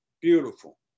beautiful